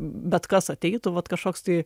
bet kas ateitų vat kažkoks tai